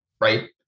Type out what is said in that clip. right